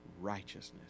righteousness